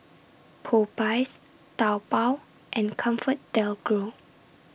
Popeyes Taobao and ComfortDelGro